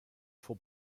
for